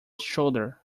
shoulder